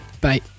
Bye